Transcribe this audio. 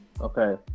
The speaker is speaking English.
Okay